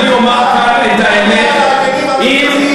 אני אומר כאן את האמת, פרופגנדה,